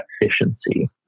efficiency